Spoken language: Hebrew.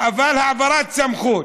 אבל העברת סמכות,